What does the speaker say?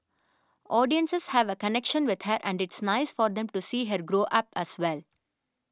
audiences have a connection with her and it's nice for them to see her grow up as well